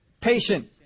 patient